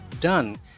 done